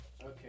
okay